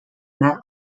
met